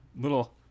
little